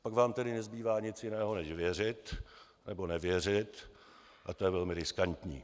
Pak vám tedy nezbývá nic jiného než věřit nebo nevěřit a to je velmi riskantní.